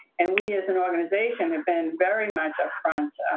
and we as and organization have been very much up front,